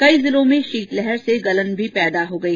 कई जिलों में शीतलहर से गलन भी पैदा हो गई